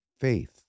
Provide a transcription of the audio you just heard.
faith